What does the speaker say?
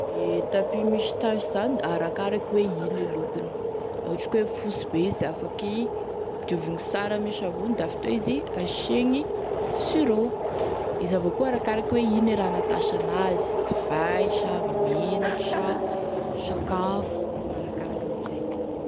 E tapis misy tasy zany da arakaraky hoe ino e lokony, la ohatry ka hoe fosy be izy afaky diovigny sara ame savony da avy teo izy asiagny sûreau, izy avy eo koa arakaraky hoe ino e raha nahatasy an'azy, dovay sa menaky sa sakafo, arakaraky an'izay.